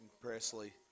Presley